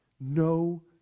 no